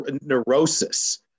neurosis